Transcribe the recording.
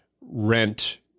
rent